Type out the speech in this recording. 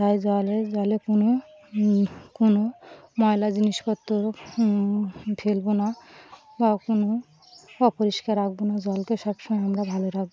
তাই জলে জলে কোনো কোনো ময়লা জিনিসপত্র ফেলবো না বা কোনো অপরিষ্কার রাখবো না জলকে সব সমময় আমরা ভালো রাখবো